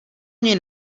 něj